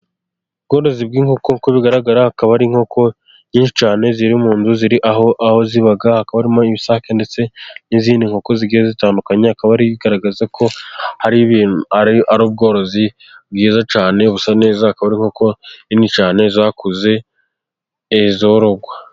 Ubworozi bw'inkoko uko bigaragara akaba ari inkoko nyinshi cyane, ziri mu nzu, ziri aho ziba. Hakaba harimo ibisake ndetse n'izindi nkoko zigiye zitandukanye, bikaba bigaragaza ko hari ibintu ari ubworozi bwiza cyane busa neza, akaba ari inkoko nini cyane zakuze zororwa.